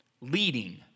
Leading